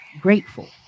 grateful